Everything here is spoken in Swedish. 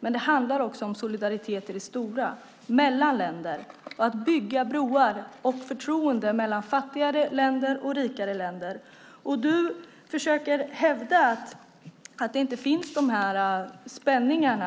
Men det handlar också om solidaritet i det stora mellan länder och att bygga broar och förtroende mellan fattigare länder och rikare länder. Du försöker hävda att de spänningarna inte finns